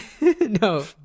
No